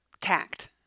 tact